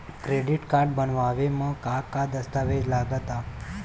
Credit card बनवावे म का का दस्तावेज लगा ता?